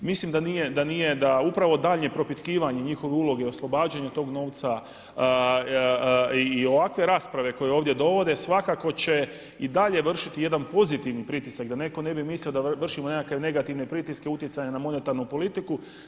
Mislim da nije, da upravo daljnje propitkivanje njihove uloge u oslobađanju tog novca i ovakve rasprave koje ovdje dovode svakako će i dalje vršiti jedan pozitivni pritisak, da netko ne bi mislio da vršimo nekakve negativne pritiske utjecaja na monetarnu politiku.